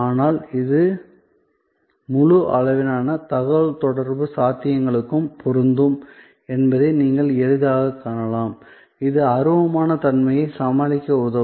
ஆனால் இது முழு அளவிலான தகவல்தொடர்பு சாத்தியங்களுக்கும் பொருந்தும் என்பதை நீங்கள் எளிதாகக் காணலாம் இது அருவமான தன்மையை சமாளிக்க உதவும்